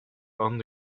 aan